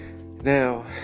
Now